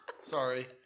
Sorry